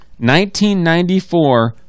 1994